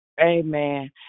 Amen